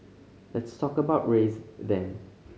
let's talk about race then